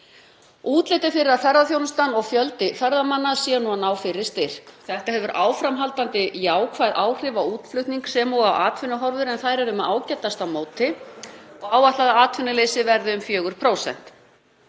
Útlit er fyrir að ferðaþjónustan og fjöldi ferðamanna sé nú að ná fyrri styrk. Þetta hefur áframhaldandi jákvæð áhrif á útflutning sem og atvinnuhorfur en þær eru með ágætasta móti og áætlað að atvinnuleysi verði um 4%.